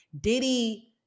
Diddy